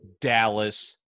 Dallas